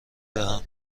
دهم